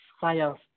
science